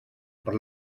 per